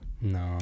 No